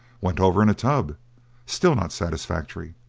went over in a tub still not satisfactory.